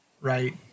right